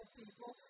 people